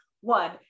One